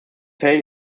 fällen